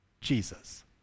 Jesus